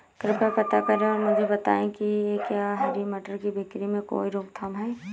कृपया पता करें और मुझे बताएं कि क्या हरी मटर की बिक्री में कोई रोकथाम है?